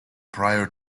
prior